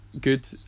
good